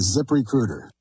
ZipRecruiter